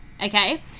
Okay